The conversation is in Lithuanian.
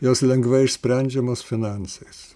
jos lengvai išsprendžiamos finansais